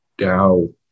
DAO